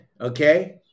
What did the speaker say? Okay